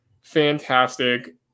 Fantastic